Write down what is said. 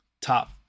top